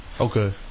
Okay